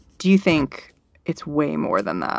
do you think it's way more than that?